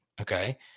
Okay